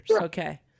okay